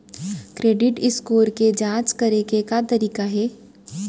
Credit score के जाँच करे के का तरीका हे?